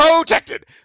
protected